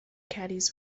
caddies